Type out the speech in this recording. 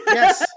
Yes